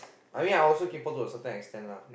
I mean I also kaypo to a certain extent lah